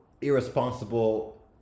irresponsible